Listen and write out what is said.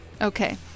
Okay